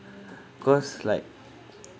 cause like